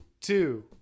two